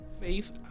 Faith